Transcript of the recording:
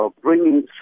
bringing